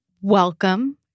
Welcome